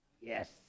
Yes